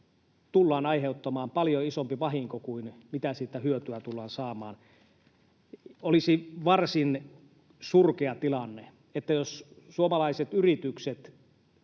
tullaan aiheuttamaan paljon isompi vahinko kuin mitä siitä tullaan saamaan hyötyä. Olisi varsin surkea tilanne, jos suomalaiset yritykset